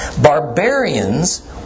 Barbarians